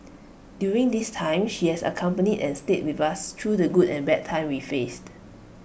during this time she has accompanied and stayed with us through the good and bad times we faced